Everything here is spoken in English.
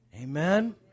Amen